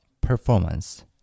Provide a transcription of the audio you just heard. performance